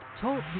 Talk